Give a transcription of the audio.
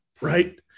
Right